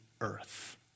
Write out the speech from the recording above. earth